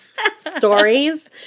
stories